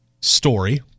story